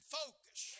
focus